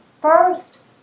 first